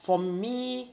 for me